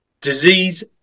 Disease